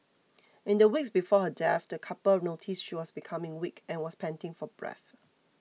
in the weeks before her death the couple noticed she was becoming weak and was panting for breath